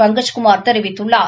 பங்குஜ்குமார் தெரிவித்துள்ளார்